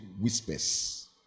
whispers